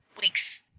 weeks